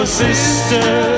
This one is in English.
sister